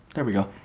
there we go.